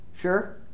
Sure